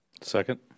Second